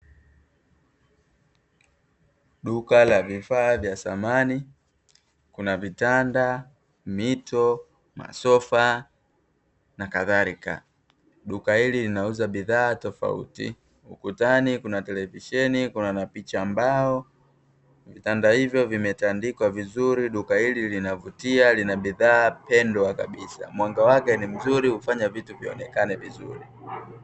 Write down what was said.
Duka la vifaa vya samani kuna vitanda, mito, masofa na kadhalika. Duka hili linauza bidhaa tofauti. Ukutani kuna televisheni, kuna na picha mbao, vitanda ivyo vimetandikwa vizuri. Duka hili linavutia lina bidhaa pendwa kabisa, mwanga wake ni mzuri hufanya vitu vionekane vizuri.